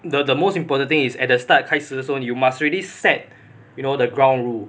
the the most important thing is at the start 开始的时候 you must really set you know the ground rule